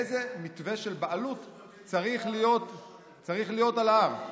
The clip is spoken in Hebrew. איזה מתווה של בעלות צריך להיות על ההר.